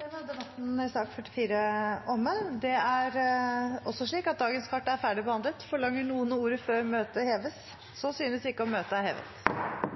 Dermed er debatten i sak nr. 44 er omme. Det er også slik at dagens kart er ferdigbehandlet. Forlanger noen ordet før møtet heves? Så synes ikke, og møtet er hevet.